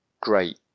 great